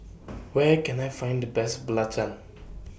Where Can I Find The Best Belacan